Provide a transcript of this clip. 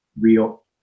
real